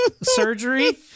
surgery